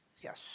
Yes